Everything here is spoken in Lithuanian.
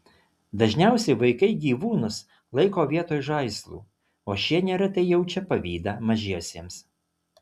dažniausiai vaikai gyvūnus laiko vietoj žaislų o šie neretai jaučia pavydą mažiesiems